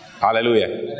Hallelujah